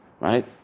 right